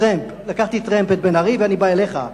לקחתי טרמפ את בן-ארי ואני בא אליך.